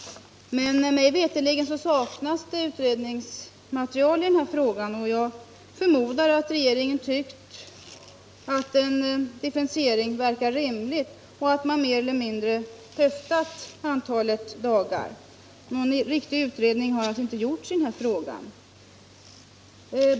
Mig veterligt saknas emellertid utredningsmaterial i denna fråga. Jag förmodar att regeringen har tyckt att en differentiering verkat rimlig 45 och att man mer eller mindre har höftat till antalet dagar.